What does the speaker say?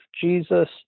Jesus